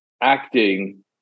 acting